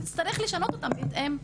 נצטרך לשנות אותן בהתאם,